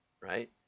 right